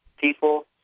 people